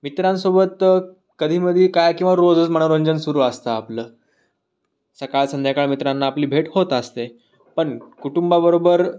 मित्रांसोबत कधीमधी काय किंवा रोजच मनोरंजन सुरू असतं आपलं सकाळ संध्याकाळ मित्रांना आपली भेट होत असते पण कुटुंबाबरोबर